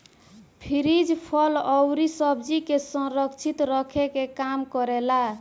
fridge फल अउरी सब्जी के संरक्षित रखे के काम करेला